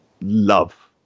love